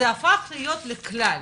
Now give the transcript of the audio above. זה הפך להיות לכלל.